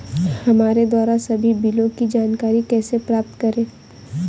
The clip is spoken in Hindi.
हमारे द्वारा सभी बिलों की जानकारी कैसे प्राप्त करें?